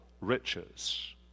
riches